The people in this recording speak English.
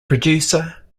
producer